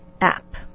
app